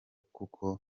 kuko